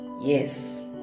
Yes